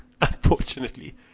unfortunately